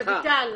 רויטל,